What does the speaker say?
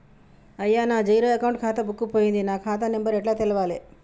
అయ్యా నా zero account ఖాతా బుక్కు పోయింది నా ఖాతా నెంబరు ఎట్ల తెలవాలే?